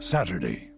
Saturday